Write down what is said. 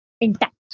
intact